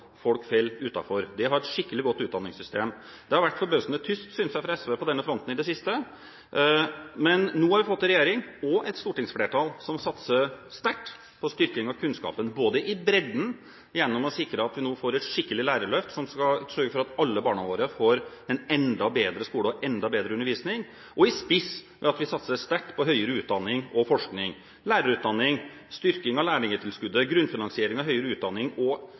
folk faller utenfor – det å ha et skikkelig godt utdanningssystem. Det har vært forbausende tyst, synes jeg, fra SV på denne fronten i det siste. Men nå har vi fått en regjering og et stortingsflertall som satser sterkt på styrking av kunnskapen både i bredden, gjennom å sikre at vi nå får et skikkelig lærerløft som skal sørge for at alle barna våre får en enda bedre skole og enda bedre undervisning, og i spiss ved at vi satser sterkt på høyere utdanning og forskning, lærerutdanning, styrking av lærlingtilskuddet, grunnfinansiering av høyere utdanning og